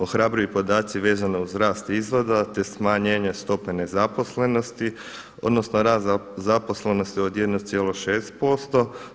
Ohrabruju i podaci vezano uz rast izvoza, te smanjenje stope nezaposlenosti, odnosno rasta zaposlenosti od 1,6%